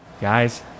Guys